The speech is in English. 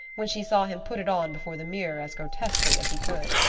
when she saw him put it on before the mirror as grotesquely as he could.